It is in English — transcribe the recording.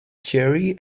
jerry